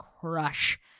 crush